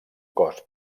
cos